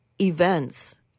events